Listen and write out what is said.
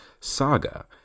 saga